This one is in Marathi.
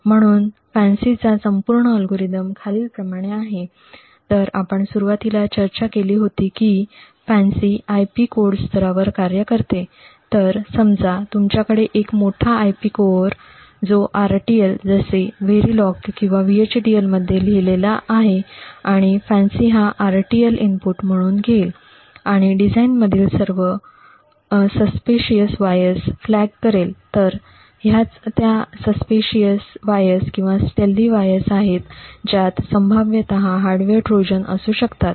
म्हणून FANCI चा पूर्ण अल्गोरिदम खालीलप्रमाणे आहे तर आपण सुरवातीला चर्चा केली होती की FANCI IP कोड स्तरावर कार्य करते तर समजा तुमचा कडे खूप मोठा IP core जो RTL जसे verilog किंवा VHDL मध्ये लिहिलेला आहे आणि FANCI हा RTL इनपुट म्हणून घेईल आणि डिझाइनमधील सर्व संशयास्पद वायर्स फ्लॅग करेल तर ह्याच त्या संशयास्पद वायर्स किंवा स्टिल्टथि वायर्स आहेत ज्यात संभाव्यतः हार्डवेअर ट्रोजन असू शकतात